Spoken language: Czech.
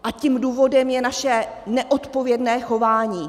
A tím důvodem je naše neodpovědné chování.